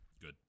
Good